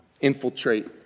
infiltrate